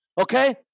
Okay